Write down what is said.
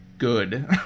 Good